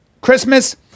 Christmas